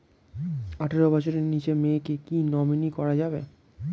আঠারো বছরের নিচে মেয়েকে কী নমিনি করা যাবে?